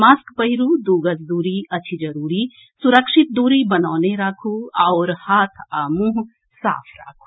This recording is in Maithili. मास्क पहिरू दू गज दूरी अछि जरूरी सुरक्षित दूरी बनौने राखू आओर हाथ आ मुंह साफ राखू